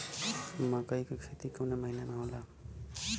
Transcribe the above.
मकई क खेती कवने महीना में होला?